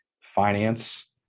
finance